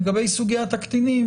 לגבי סוגיית הקטינים,